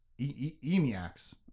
Emiacs